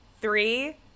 three